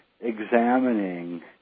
examining